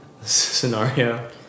scenario